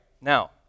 Now